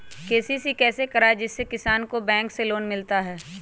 KCC कैसे कराये जिसमे किसान को बैंक से लोन मिलता है?